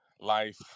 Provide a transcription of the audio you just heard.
life